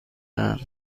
اند